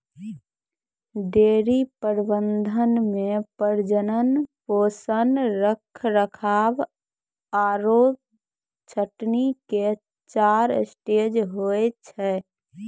dairy प्रबंधन मॅ प्रजनन, पोषण, रखरखाव आरो छंटनी के चार स्टेज होय छै